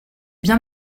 bien